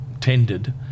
tended